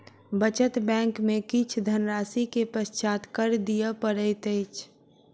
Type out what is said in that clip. बचत बैंक में किछ धनराशि के पश्चात कर दिअ पड़ैत अछि